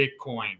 Bitcoin